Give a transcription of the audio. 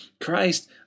Christ